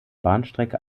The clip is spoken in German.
bahnstrecke